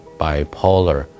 bipolar